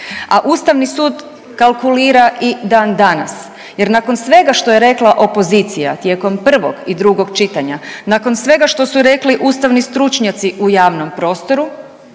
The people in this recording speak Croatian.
a ustavni sud kalkulira i dan danas jer nakon svega što je rekla opozicija tijekom prvog i drugog čitanja, nakon svega što su rekli ustavni stručnjaci u javnom prostoru